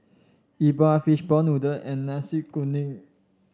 E Bua fish ball noodle and Nasi Kuning